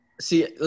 See